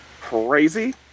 crazy